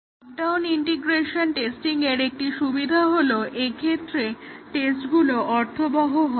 top down integration টেস্টিংয়ের একটি সুবিধা হলো টেস্টগুলো এক্ষেত্রে অর্থবহ হয়